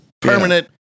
permanent